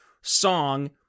song